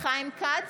חיים כץ,